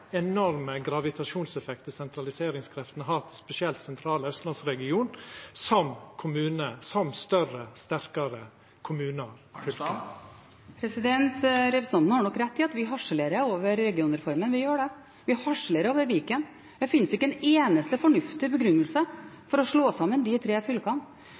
enorme gravitasjonseffekten sentraliseringskreftene har, spesielt i den sentrale austlandsregionen, som større og sterkare kommunar? Representanten har nok rett i at vi harselerer over regionreformen, vi gjør det. Vi harselerer over Viken. Det finnes ikke en eneste fornuftig begrunnelse for å slå sammen de tre fylkene,